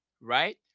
right